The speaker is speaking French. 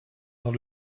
dans